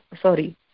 sorry